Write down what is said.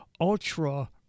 ultra